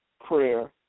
prayer